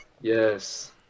Yes